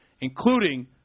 including